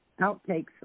outtakes